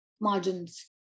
margins